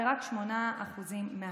ורק 8% מהגברים.